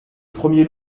premier